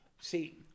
See